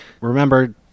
remember